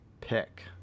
pick